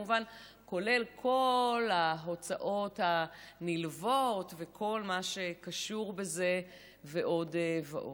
כמובן כולל כל ההוצאות הנלוות וכל מה שקשור בזה ועוד ועוד.